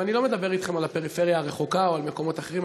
ואני לא מדבר אתכם על הפריפריה הרחוקה או על מקומות אחרים.